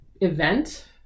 event